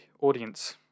audience